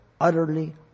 utterly